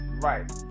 Right